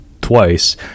twice